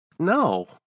No